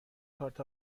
کارت